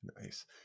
nice